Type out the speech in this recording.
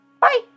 bye